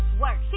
work